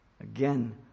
Again